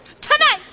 Tonight